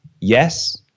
Yes